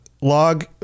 Log